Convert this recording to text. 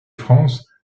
france